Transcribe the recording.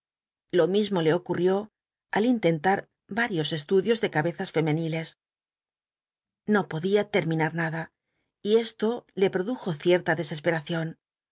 lo mismo le ocurrió al intentar varios estudios de cabezas femeniles no podía terminar nada y esto le lios cuatro jinetes del apocalipsis produjo cierta desesperación